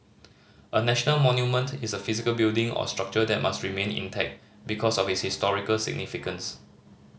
a national monument is a physical building or structure that must remain intact because of its historical significance